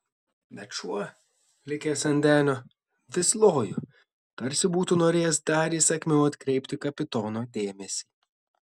bet šuo likęs ant denio vis lojo tarsi būtų norėjęs dar įsakmiau atkreipti kapitono dėmesį